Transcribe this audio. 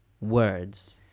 words